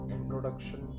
Introduction